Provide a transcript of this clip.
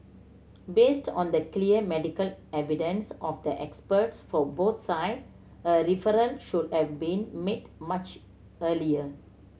based on the clear medical evidence of the experts for both sides a referral should have been made much earlier